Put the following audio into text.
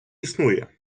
існує